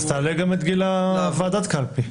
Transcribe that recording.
אז תעלה גם את גיל ועדת הקלפי.